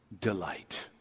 delight